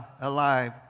alive